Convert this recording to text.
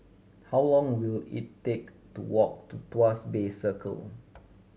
how long will it take to walk to Tuas Bay Circle